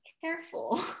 careful